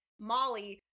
Molly